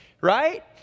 right